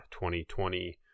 2020